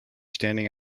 standing